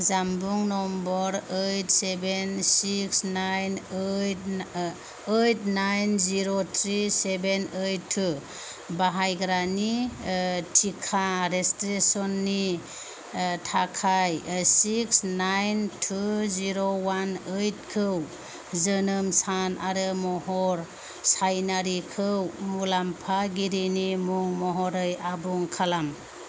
जानबुं number eight seven six nine eight eight nine zero three seven eight two बाहायग्रानि थिखा रेजिस्ट्रेसननि थाखाय six nine two zero one ओयटखौ जोनोम सान आरो महर सैनारिखौ मुलाम्फागिरिनि मुं महरै आबुं खालाम